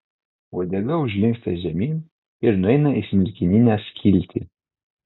uodega užlinksta žemyn ir nueina į smilkininę skiltį